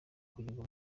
kugirwa